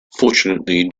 fortunately